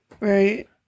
Right